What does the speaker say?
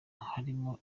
harimo